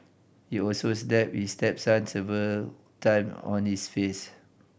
he also stepped his stepson several time on his face